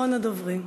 אחרון הדוברים.